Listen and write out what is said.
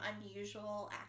unusual